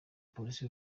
polisi